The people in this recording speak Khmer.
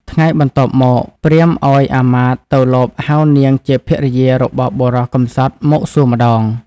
ថ្ងៃបន្ទាប់មក ព្រាហ្មណ៍ឲ្យអាមាត្យទៅលបហៅនាងជាភរិយារបស់បុរសកម្សត់មកសួរម្តង។